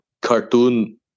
cartoon